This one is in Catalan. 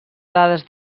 dades